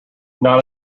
not